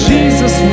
Jesus